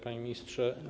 Panie Ministrze!